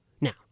Now